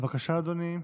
בבקשה, אדוני.